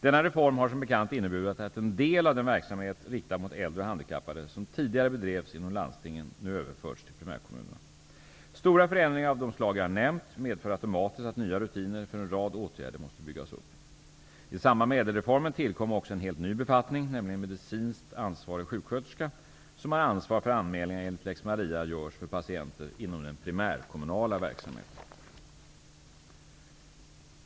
Denna reform har som bekant inneburit att en del av den verksamhet riktad mot äldre och handikappade som tidigare bedrevs inom landstingen nu har överförts till primärkommunerna. Stora förändringar av de slag som jag här har nämnt medför automatiskt att nya rutiner för en rad åtgärder måste byggas upp. I samband med ÄDEL reformen tillkom också en helt ny befattning nämligen medicinskt ansvarig sjuksköterska, som har ansvar för att anmälningar enligt lex Maria görs för patienter inom den primärkommunala verksamheten.